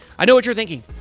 i know what you're thinking.